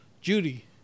Judy